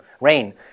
Rain